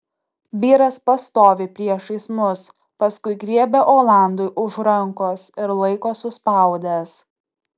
vyras pastovi priešais mus paskui griebia olandui už rankos ir laiko suspaudęs